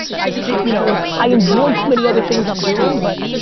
i you know i enjoy too many other things i'm doing, but